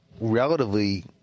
relatively